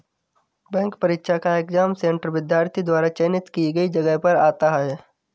bank परीक्षा का exam centre विद्यार्थी द्वारा चयनित की गई जगह पर आता है